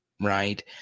right